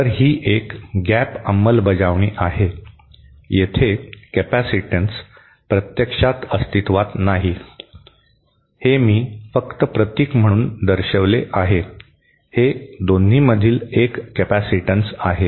तर ही एक गॅप अंमलबजावणी आहे येथे कॅपेसिटीन्स प्रत्यक्षात अस्तित्त्वात नाही हे मी फक्त प्रतीक म्हणून दर्शविले आहे हे दोन्हींमधील एक कॅपेसिटन्स आहे